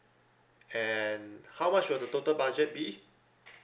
and how much will the total budget be